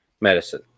medicine